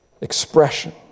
expression